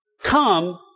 come